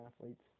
athletes